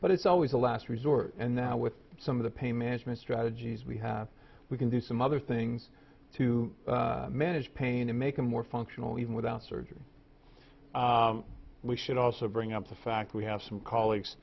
but it's always a last resort and that with some of the pain management strategies we have we can do some other things to manage pain to make them more functional even without surgery we should also bring up the fact we have some colleagues